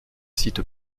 sites